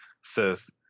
Says